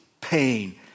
pain